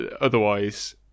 Otherwise